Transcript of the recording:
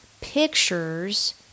pictures